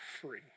free